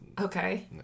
okay